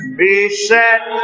beset